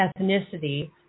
ethnicity